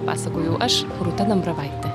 pasakojau aš rūta dambravaitė